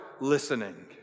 listening